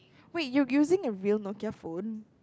wait you're using a real Nokia phone